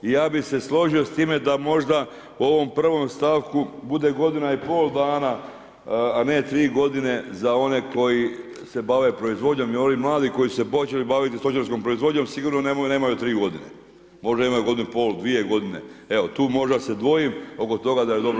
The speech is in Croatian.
I ja bih se složio s time da možda u ovom prvom stavku bude godina i pol dana, a ne tri godine za one koji se bave proizvodnjom i oni mladi koji su se počeli baviti stočarskom proizvodnjom sigurno nemaju tri godine, možda imaju godinu i pol, dvije godine, evo tu možda se dvojim oko toga da dobro